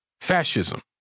fascism